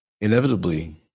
inevitably